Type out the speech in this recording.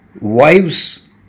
wives